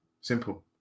Simple